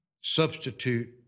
substitute